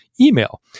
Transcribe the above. email